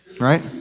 right